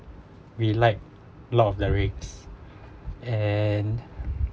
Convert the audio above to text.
we like lord of the rings and